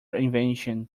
invention